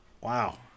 Wow